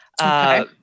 Okay